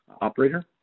operator